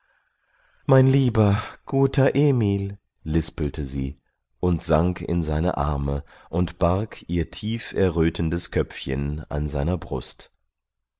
mein lieber guter emil lispelte sie und sank in seine arme und barg ihr tief errötendes köpfchen an seiner brust